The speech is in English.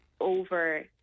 over